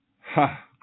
Ha